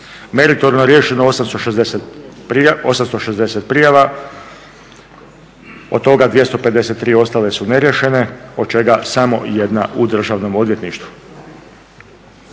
Meritorno je riješeno 860 prijava, od toga 253 ostale su neriješene od čega samo 1 u državnom odvjetništvu.